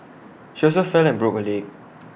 she also fell and broke her leg